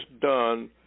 done